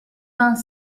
vingt